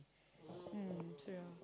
mm so yeah